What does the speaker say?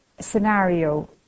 scenario